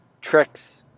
tricks